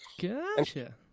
Gotcha